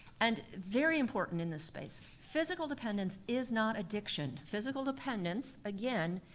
and very important in this space, physical dependence is not addiction. physical dependence, again,